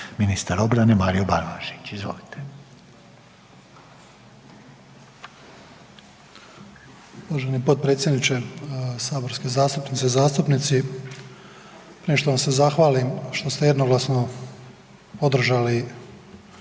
ministar obrane Mario Banožić, izvolite.